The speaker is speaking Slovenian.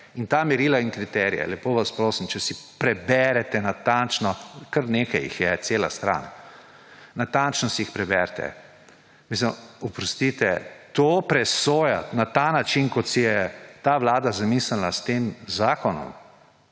Ta merila in kriterije, lepo vas prosim, če si preberete natančno, kar nekaj jih je, cela stran, natančno si jih preberite. Oprostite, to presojati na ta način, kot si je ta vlada zamislila s tem zakonom,